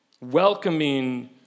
welcoming